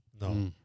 No